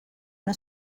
una